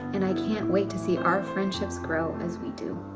and i can't wait to see our friendships grow as we do.